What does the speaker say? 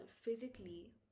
physically